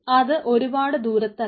അത് ഒരുപാട് ദൂരത്തല്ല